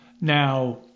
Now